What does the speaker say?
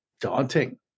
daunting